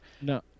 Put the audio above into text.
No